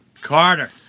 Carter